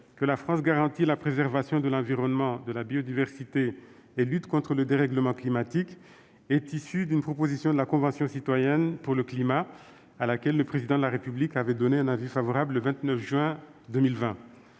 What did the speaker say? que la République « garantit la préservation de l'environnement et de la biodiversité et lutte contre le dérèglement climatique », est issu d'une proposition de la Convention citoyenne pour le climat, à laquelle le Président de la République avait donné un avis favorable le 29 juin 2020.